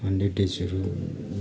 hundred डेजहरू